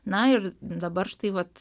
na ir dabar štai vat